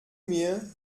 mir